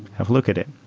have look at it.